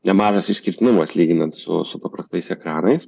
nemažas išskirtinumas lyginant su su paprastais ekranais